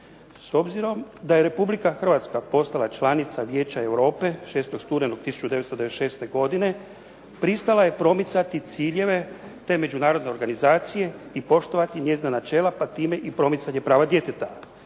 S obzirom da je Republika Hrvatska postala članica Vijeća Europe 6. studenog 1996. godine pristala je promicati ciljeve te međunarodne organizacije i poštovati njezina načela, pa time i promicanje prava djeteta.